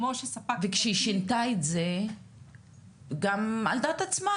וכשהיא שינתה את זה גם על דעת עצמה,